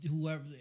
Whoever